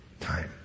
time